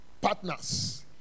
Partners